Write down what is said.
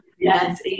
Yes